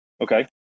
Okay